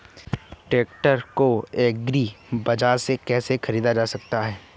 Tractor को agri बाजार से कैसे ख़रीदा जा सकता हैं?